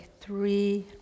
three